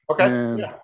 Okay